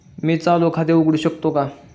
मी चालू खाते उघडू शकतो का?